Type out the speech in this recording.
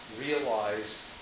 realize